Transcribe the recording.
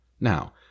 Now